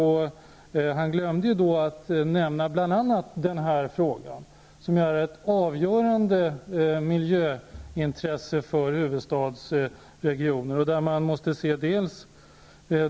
Han glömde då att nämna bl.a. denna fråga, som är av avgörande miljöintresse för huvudstadsregionen.